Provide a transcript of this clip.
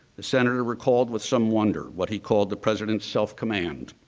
the senator recalled with some wonder, what he called the president's self command,